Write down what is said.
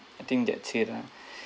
I think that 's it lah